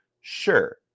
sure